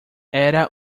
era